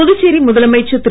புதுச்சேரிமுதலமைச்சர்திரு